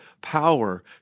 power